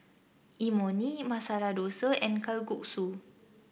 Imoni Masala Dosa and Kalguksu